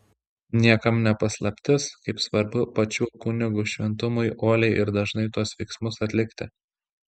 niekam ne paslaptis kaip svarbu pačių kunigų šventumui uoliai ir dažnai tuos veiksmus atlikti